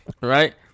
Right